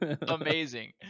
amazing